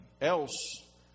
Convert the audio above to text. else